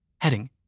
Heading